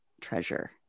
treasure